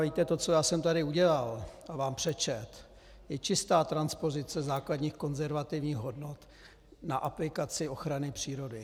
Víte, to, co já jsem tady udělal a vám přečetl, je čistá transpozice základních konzervativních hodnot na aplikaci ochrany přírody.